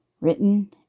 written